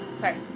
sorry